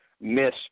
Miss